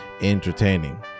entertaining